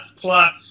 plus